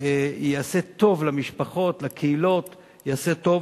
יעשה טוב למשפחות, לקהילות, יעשה טוב